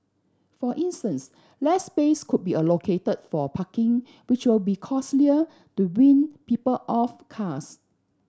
for instance less space could be allocated for parking which will be costlier to wean people off cars